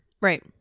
Right